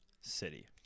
City